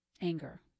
anger